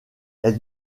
elle